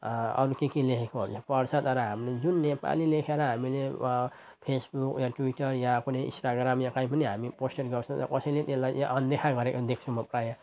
अरू के के लेखेकोहरूलाई पढ्छ तर हामीले जुन नेपाली लेखेर हामीले फेसबुक या ट्विटर या कुनै इन्स्टाग्राम या काहीँ पनि हामी पोस्टहरू गर्छौँ तर कसैले त्यसलाई यहाँ अनदेखा गरेको देख्छु म प्रायः